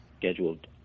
scheduled